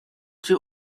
too